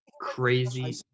crazy